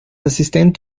assistent